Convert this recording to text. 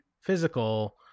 physical